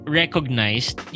recognized